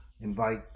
invite